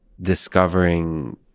discovering